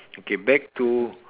okay back to